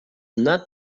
not